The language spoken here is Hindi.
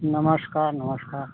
नमस्कार नमस्कार